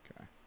Okay